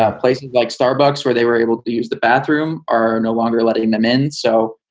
ah places like starbucks where they were able to use the bathroom are no longer letting them in. so,